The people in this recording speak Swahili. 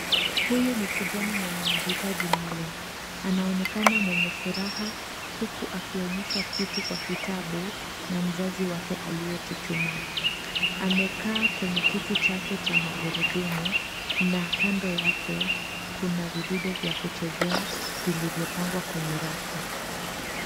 Huyu ni kijana mwenye mahitaji maalum. Anaonekana mwenye furaha huku akionyeshwa kitu kwa kitabu na mzazi wake aliyechuchumaa. Amekaa kwenye kiti chake cha magurudumu na kando yake kuna vidude vya kuchezea vilivyopangwa kwenye rafu.